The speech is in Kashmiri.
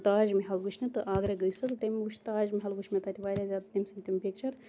تاج محل وٕچھنہِ تہٕ آگرا گٔے سُہ تہٕ تٔمۍ وٕچھ تاج محل وٕچھ مےٚ تَتہِ واریاہ زیاد تمہ سٕنٛدۍ تِم پِکچَر